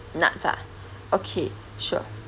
nuts ah okay sure